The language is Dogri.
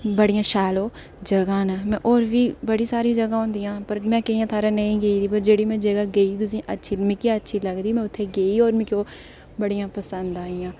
बड़ियां शैल ओह् जगह न में होर बी बड़ी सारी जगह होंदियां की के में केईं थाहरें नेईं गेदी होर में जेह्ड़ी जगह गेदी में ओह् मिगी अच्छी लगदी में उस जगह गेई होर मिगी ओह् बड़ियां पसंद आइयां